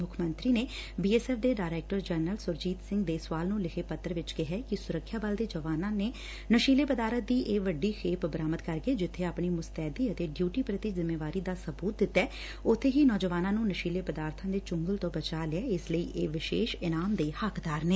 ਮੁੱਖ ਮੰਤਰੀ ਨੇ ਬੀ ਐਸ ਐਫ਼ ਦੇ ਡਾਇਰੈਕਟਰ ਜਨਰਲ ਸੁਰਜੀਤ ਸਿੰਘ ਦੇਸਵਾਲ ਨੂੰ ਲਿਖੇ ਪੱਤਰ ਵਿਚ ਕਿਹੈ ਕਿ ਸੁਰੱਖਿਆ ਬਲ ਦੇ ਜਵਾਨਾ ਨੇ ਨਸ਼ੀਲੇ ਪਦਾਰਥ ਦੀ ਇਹ ਵੱਡੀ ਖੇਪ ਬਰਾਮਦ ਕਰਕੇ ਜਿੱਬੇ ਆਪਣੀ ਮੁਸਤੈਦੀ ਅਤੇ ਡਿਊਟੀ ਪ੍ਰਤੀ ਜਿੰਮੇਵਾਰੀ ਦਾ ਸਬੂਤ ਦਿੱਤੈ ਉਬੇ ਨੌਜਵਾਨਾ ਨੂੰ ਨਸੀਲੇ ਪਦਾਰਥਾ ਦੇ ਚੂੰਗਲ ਤੋ ਬਚਾ ਲਿਆ ਇਸ ਲਈ ਇਹ ਵਿਸ਼ੇਸ਼ ਇਨਾਮ ਦੇ ਹੱਕਦਾਰ ਨੇ